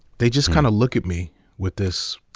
they just kind of look at me with this,